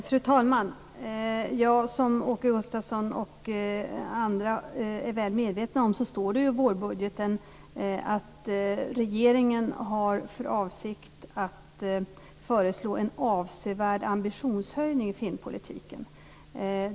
Fru talman! Som Åke Gustavsson och andra är väl medvetna om står det i vårbudgeten att regeringen har för avsikt att föreslå en avsevärd ambitionshöjning i filmpolitiken.